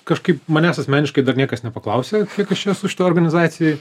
kažkaip manęs asmeniškai dar niekas nepaklausė kas čia su šita organizacija